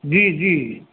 जी जी